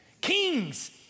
Kings